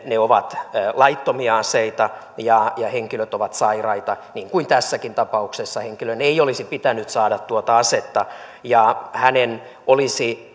ne ovat laittomia aseita ja ja henkilöt ovat sairaita niin kuin tässäkin tapauksessa henkilön ei olisi pitänyt saada tuota asetta ja hänen olisi